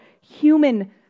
human